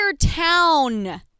town-